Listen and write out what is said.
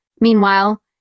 Meanwhile